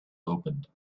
opened